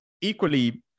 equally